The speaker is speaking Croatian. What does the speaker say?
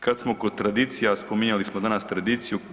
Kad smo kod tradicija, spominjali smo danas tradiciju.